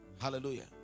Hallelujah